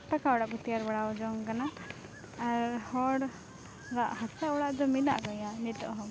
ᱯᱟᱠᱟ ᱚᱲᱟᱜᱠᱚ ᱛᱮᱭᱟᱨ ᱵᱟᱲᱟᱣᱡᱚᱝ ᱠᱟᱱᱟ ᱟᱨ ᱦᱚᱲᱟᱜ ᱦᱟᱥᱟ ᱚᱲᱟᱜ ᱫᱚ ᱢᱮᱱᱟᱜ ᱜᱮᱭᱟ ᱱᱤᱛᱚᱜ ᱦᱚᱸ